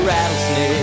Rattlesnake